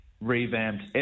revamped